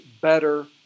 better